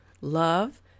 Love